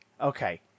Okay